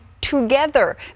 together